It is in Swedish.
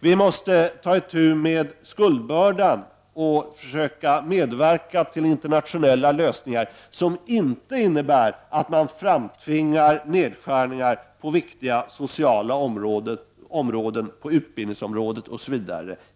Vi måste ta itu med skuldbördan och försöka medverka till internationella lösningar som inte innebär att man framtvingar nedskärningar på viktiga sociala områden, på utbildningsområdet osv.